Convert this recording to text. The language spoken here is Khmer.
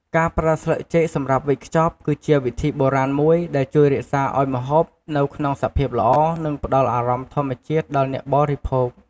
ការប្រើស្លឹកចេកសម្រាប់វេចខ្ចប់ គឺជាវិធីបុរាណមួយដែលជួយរក្សាឱ្យម្ហូបនៅក្នុងសភាពល្អ និងផ្តល់អារម្មណ៍ធម្មជាតិដល់អ្នកបរិភោគ។